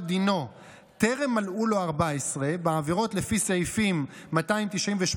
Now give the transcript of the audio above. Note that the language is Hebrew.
דינו טרם מלאו לו 14 בעבירות לפי סעיפים 298,